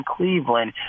Cleveland